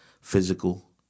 physical